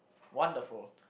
wonderful